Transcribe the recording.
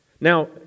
Now